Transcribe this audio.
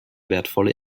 wertvolle